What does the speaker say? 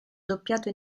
doppiato